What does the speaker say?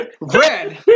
Red